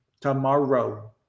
Tomorrow